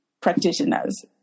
practitioners